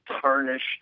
tarnished